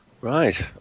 Right